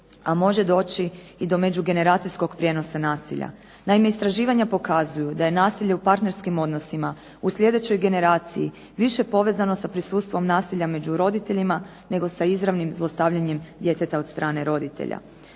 a može doći i do međugeneracijskog prijenosa nasija. Naime istraživanja pokazuju da je nasilje u partnerskim odnosima u sljedećoj generaciji više povezano za prisustvom nasilja među roditeljima, nego sa izravnim zlostavljanjem djeteta od strane roditelja.